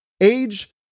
Age